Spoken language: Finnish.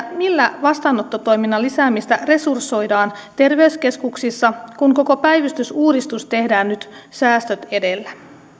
millä vastaanottotoiminnan lisäämistä resursoidaan terveyskeskuksissa kun koko päivystysuudistus tehdään nyt säästöt edellä